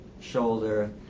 shoulder